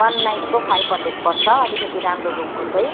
one नाइटको five hundred पर्छ अलिकति राम्रो रुमको चाहिँ